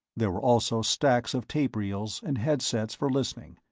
there were also stacks of tapereels and headsets for listening,